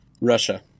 russia